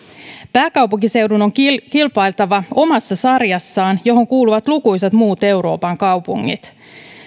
pääkaupunkiseudun on kilpailtava omassa sarjassaan johon kuuluvat lukuisat muut euroopan kaupungit